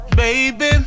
baby